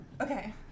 Okay